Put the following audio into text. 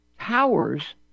towers